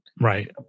Right